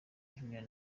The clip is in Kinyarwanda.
junior